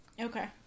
Okay